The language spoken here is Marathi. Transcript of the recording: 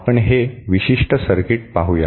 आपण हे विशिष्ट सर्किट पाहू या